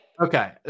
Okay